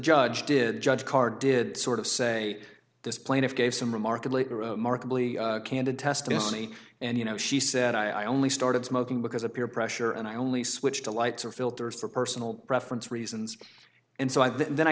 did judge carr did sort of say this plaintiff gave some remarkably markedly candid testimony and you know she said i only started smoking because of peer pressure and i only switch to lights or filters for personal preference reasons and so i then i